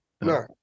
no